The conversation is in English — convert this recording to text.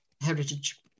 heritage